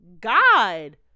God